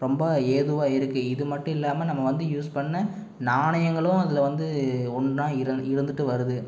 ரொம்ப ஏதுவாக இருக்குது இது மட்டும் இல்லாமல் நம்ம வந்து யூஸ் பண்ண நாணயங்களும் அதில் வந்து ஒன்றா இரு இருந்துட்டு வருது